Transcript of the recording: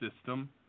system